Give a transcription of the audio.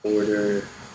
Order